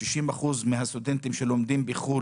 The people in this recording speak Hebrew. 60% מהסטודנטים שלומדים בחוץ